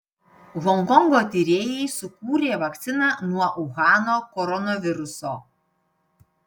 honkongo tyrėjai sukūrė vakciną nuo uhano koronaviruso